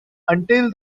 until